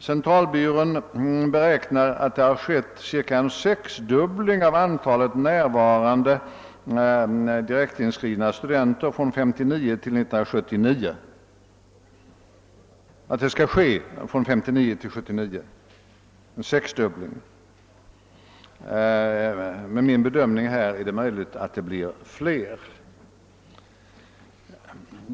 Centralbyrån beräknar att antalet närvarande direktinskrivna studenter år 1979 kommer att ha sexdubblats jämfört med 1959. Enligt min bedömning är det möjligt att ökningen blir större.